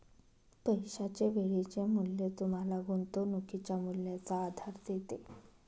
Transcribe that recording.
पैशाचे वेळेचे मूल्य तुम्हाला गुंतवणुकीच्या मूल्याचा आधार देते